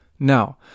Now